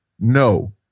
no